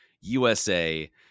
USA